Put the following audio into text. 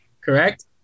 Correct